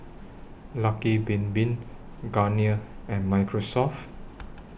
Lucky Bin Bin Garnier and Microsoft